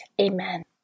Amen